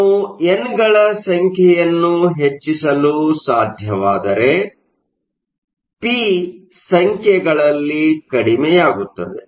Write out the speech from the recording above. ನಾವು ಎನ್ಗಳ ಸಂಖ್ಯೆಯನ್ನು ಹೆಚ್ಚಿಸಲು ಸಾದ್ಯವಾದರೆ ಪಿ ಪ್ರತಿಕ್ರಮವಾಗಿ ಸಂಖ್ಯೆಗಳಲ್ಲಿ ಕಡಿಮೆಯಾಗುತ್ತವೆ